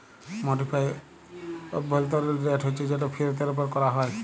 modified অভ্যলতরিল rate হছে যেট ফিরতের উপর ক্যরা হ্যয়